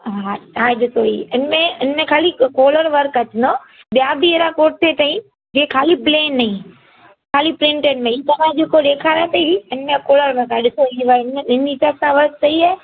हा हा ॾिसो हीउ हिन में हिन में ख़ाली कॉलर वर्क कट न ॿिया बि अहिड़ा कुर्ते अथई जे ख़ाली प्लेन इन ख़ाली प्रिंटेड में ई तव्हां खे जेको ॾेखारियां थी हीउ इन में कॉलर वर्क आहे इन हिसाबु सां वर्क सही आहे